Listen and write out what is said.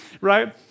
Right